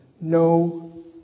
no